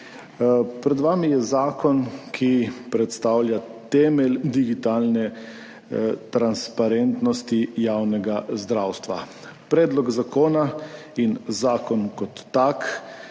Pred vami je zakon, ki predstavlja temelj digitalne transparentnosti javnega zdravstva. Predlog zakona in zakon kot tak